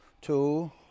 two